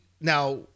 now